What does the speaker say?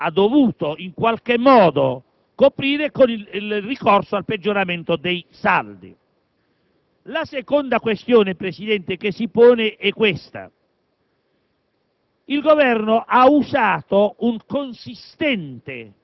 con un'evidente scopertura cui il Governo ha dovuto sopperire con il ricorso al peggioramento dei saldi. La seconda questione, Presidente, che si pone è la